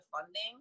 funding